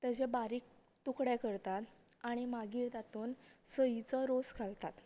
तेजे बारीक तुकडे करतात आनी मागीर तातूंत सईचो रोस घालतात